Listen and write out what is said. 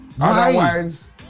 Otherwise